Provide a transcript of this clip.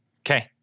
Okay